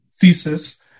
thesis